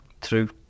True